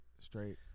straight